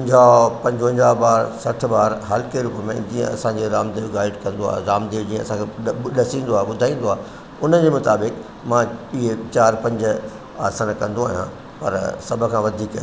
पंजाहु पंजवंजाहु बार सठ बार हल्के रूप में जीअं असांजे रामदेव गाइड कंदो आहे रामदेव जी असांजा ॾसींदो आहे ॿुधाईंदो आहे उन जे मुताबिक़ि मां ईअं चारि पंज आसन कंदो आहियां पर सभ खां वधीक